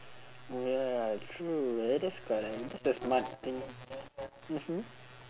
oh ya true eh that's correct that's a smart thing mmhmm